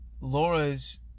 Laura's